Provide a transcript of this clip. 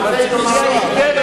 ואם היא תרצה היא תאמר,